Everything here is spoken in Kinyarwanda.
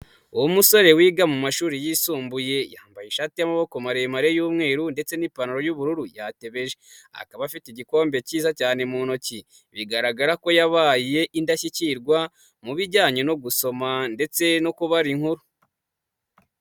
Uwo musore wiga mu mumashuri yisumbuye, yambaye ishati y'amaboko maremare y'umweru ndetse n'ipantaro y'ubururu yatebeje, akaba afite igikombe cyiza cyane mu ntoki, bigaragara ko yabaye indashyikirwa, mu bijyanye no gusoma ndetse no kubara inkuru.